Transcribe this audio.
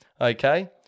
okay